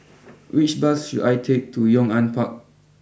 which bus should I take to Yong an Park